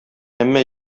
әмма